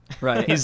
right